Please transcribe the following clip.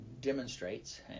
demonstrates